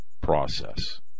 process